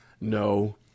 no